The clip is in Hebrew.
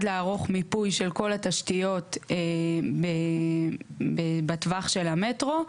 לערוך מיפוי של כל התשתיות בטווח של המטרו.